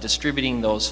distributing those